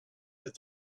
that